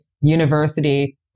university